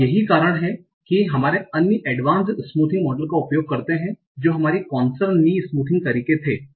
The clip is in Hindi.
अब यही कारण है कि हमारे अन्य advanced smoothing मॉडल का उपयोग करते है जो हमारे नेसर ने स्मूथिंग तरीके थे